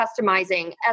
customizing